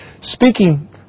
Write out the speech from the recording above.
Speaking